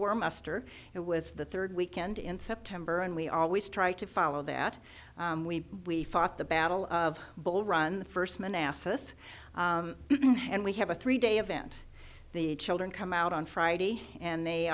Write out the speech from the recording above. war muster it was the third weekend in september and we always try to follow that we we fought the battle of bull run the first man acis and we have a three day event the children come out on friday and they